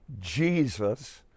jesus